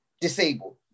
disabled